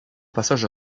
passage